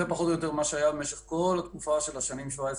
זה פחות או יותר מה שהיה במשך השנים 2017,